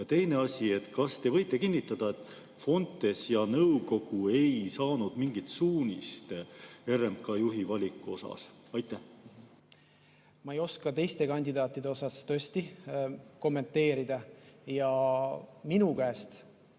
Ja teine asi: kas te võite kinnitada, et Fontes ja nõukogu ei saanud mingit suunist RMK juhi valiku osas? Ma ei oska teiste kandidaatide puhul tõesti kommenteerida ja minu käest